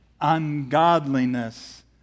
ungodliness